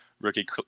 rookie